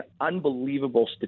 unbelievable